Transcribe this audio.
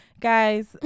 guys